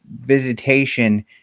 visitation